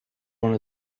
one